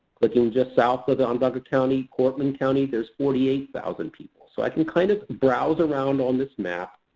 clicking just south of onondaga county cortland county there's forty eight thousand people. so, i can kind of browse around on this map.